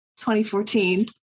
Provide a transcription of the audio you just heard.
2014